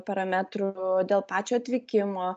parametrų dėl pačio atvykimo